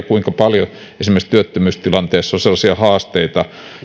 kuinka paljon nytkin vielä esimerkiksi työttömyystilanteessa on sellaisia haasteita